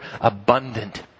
abundant